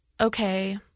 okay